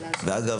ואגב,